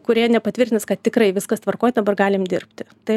kurie nepatvirtins kad tikrai viskas tvarkoj dabar galim dirbti tai